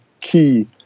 key